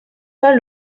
pas